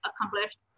accomplished